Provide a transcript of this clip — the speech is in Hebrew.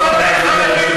לאן תיקח את עולם התורה?